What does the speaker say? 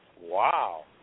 Wow